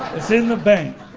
it's in the bank.